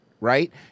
right